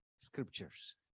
scriptures